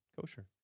kosher